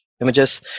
images